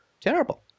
terrible